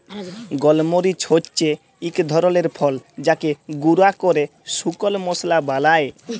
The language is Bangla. গল মরিচ হচ্যে এক ধরলের ফল যাকে গুঁরা ক্যরে শুকল মশলা বালায়